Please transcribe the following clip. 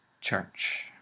church